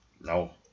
No